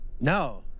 No